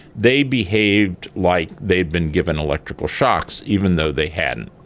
they behaved like they'd been given electrical shocks, even though they hadn't.